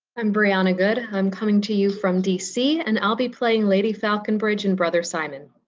i'm brianna goode. i'm coming to you from dc and i'll be playing lady falconbridge and brother simon.